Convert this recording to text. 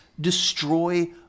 destroy